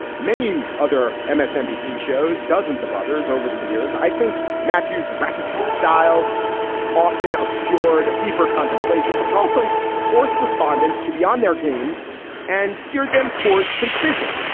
many other msnbc shows, dozens of others over the years. i think matthews ratatat style often obscured deeper contemplation, but it also forced respondents to beyond their games and steered them towards concision.